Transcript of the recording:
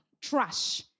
trash